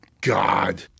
God